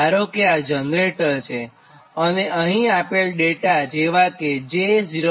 તો ધારો કે આ જનરેટર છેઅને અહીં આપેલ ડેટા જેવા કે j 0